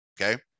okay